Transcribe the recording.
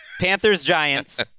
Panthers-Giants